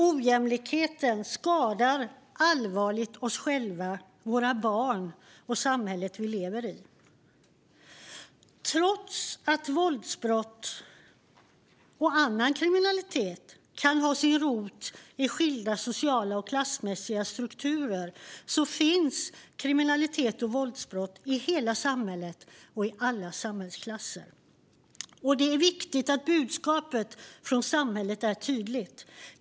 Ojämlikheten skadar nämligen allvarligt oss själva, våra barn och samhället vi lever i. Trots att våldsbrott och annan kriminalitet kan ha sin rot i skilda sociala och klassmässiga strukturer finns kriminalitet och våldsbrott i hela samhället och i alla samhällsklasser. Det är därför viktigt att budskapet från samhället är tydligt.